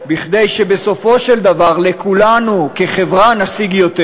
כדי שבסופו של דבר כולנו כחברה נשיג יותר.